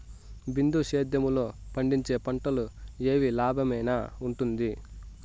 బిందు సేద్యము లో పండించే పంటలు ఏవి లాభమేనా వుంటుంది?